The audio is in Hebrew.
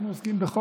אנחנו עוסקים בחוק,